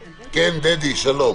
כן, דדי, שלום.